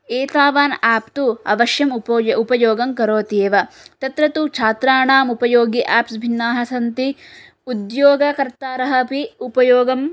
एतावान् एप् तु अवश्यम् उपयोगं करोति एव तत्र तु छात्राणाम् उपयोगि एप्स् भिन्नाः सन्ति उद्योगकर्तारः अपि उपयोगं